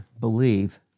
believe